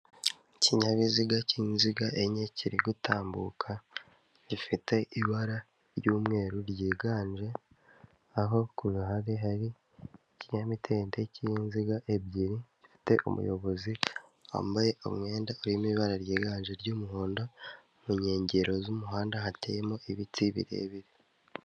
Ikinyabiziga cy'inziga enye kiri gutambuka gifite ibara ry'umweru ryiganje aho ku ruhare hari ikinyamitende cy'inziga ebyiri gifite umuyobozi wambaye umwenda urimo ibara ryiganje ry'umuhondo mu nkengero z'umuhanda hateyemo ibiti birebire.